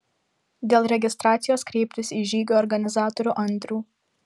dėl registracijos kreiptis į žygio organizatorių andrių